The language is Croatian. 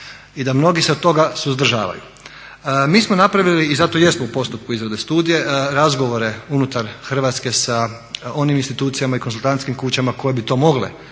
i da mnogi se od toga suzdržavaju. Mi smo napravili i zato jesmo u postupku izrade studije, razgovore unutar Hrvatske sa onim institucijama i konzultantskim kućama koje bi to mogle